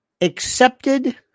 accepted